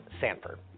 Sanford